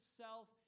self